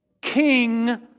King